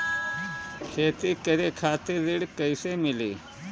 खेती करे खातिर ऋण कइसे मिली?